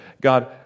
God